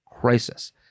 crisis